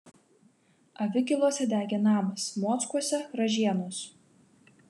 avikiluose degė namas mockuose ražienos